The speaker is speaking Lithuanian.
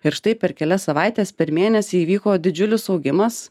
ir štai per kelias savaites per mėnesį įvyko didžiulis augimas